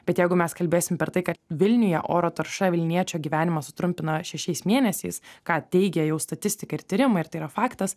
bet jeigu mes kalbėsim per tai kad vilniuje oro tarša vilniečio gyvenimą sutrumpina šešiais mėnesiais ką teigia jau statistika ir tyrimai ir tai yra faktas